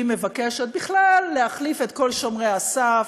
מבקשת בכלל להחליף את כל שומרי הסף,